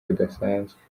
budasanzwe